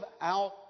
out